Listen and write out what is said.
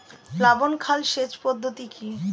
প্লাবন খাল সেচ পদ্ধতি কি?